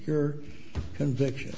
your conviction